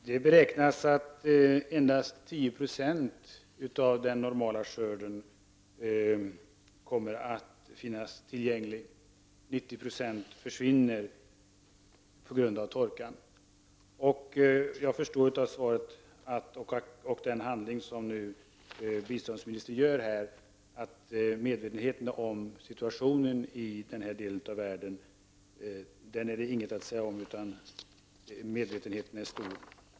Herr talman! Det beräknas att endast 10 96 av den normala skörden kommer att finnas tillgänglig. 90 26 försvinner på grund av torkan. Jag förstår av svaret och av den handling som biståndsministern här säger att regeringen företar att medvetenheten om situationen i den delen av världen är stor.